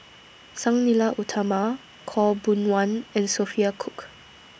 Sang Nila Utama Khaw Boon Wan and Sophia Cooke